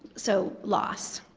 so loss.